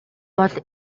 бол